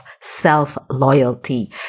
self-loyalty